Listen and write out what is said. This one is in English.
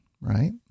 right